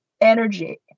energy